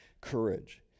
courage